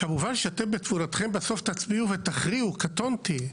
כמובן שאתם שתבונתכם בסוף תצביעו ותכריעו, קטונתי.